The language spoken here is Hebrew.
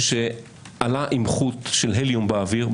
-- בן אדם שעלה עם חוט של הליום באוויר -- תודה.